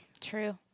True